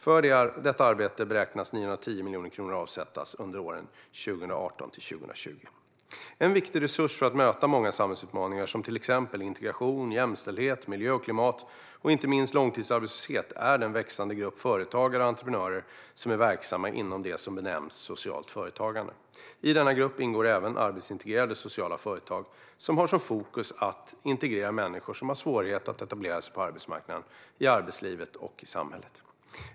För detta arbete beräknas 910 miljoner kronor avsättas under åren 2018-2020. En viktig resurs för att möta många samhällsutmaningar som till exempel integration, jämställdhet, miljö och klimat och inte minst långtidsarbetslöshet är den växande grupp företagare och entreprenörer som är verksamma inom det som benämns socialt företagande. I denna grupp ingår även arbetsintegrerande sociala företag, som har som fokus att integrera människor som har svårigheter att etablera sig på arbetsmarknaden, i arbetslivet och i samhället.